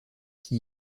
qui